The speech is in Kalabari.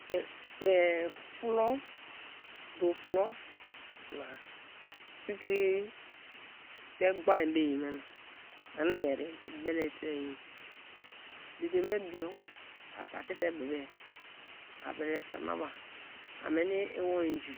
fulo odo fulo na pikirite gbon me ye me na ani yeri i bele tein ye; dede me bio a saki te be be a bele se maba, meni iwo-inji,